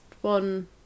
one